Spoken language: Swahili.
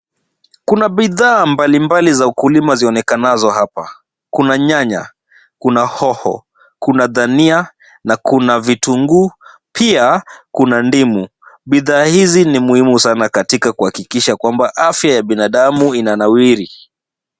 Kuna bidhaa mbalimbali za ukulima zionekanazo hapa. kuna nyanya, kuna hoho, kuna dania na kuna vitunguu pia kuna ndimu. Bidhaa hizi ni muhimu sana katika kuhakikisha kwamba afya ya binadamu inanawiri.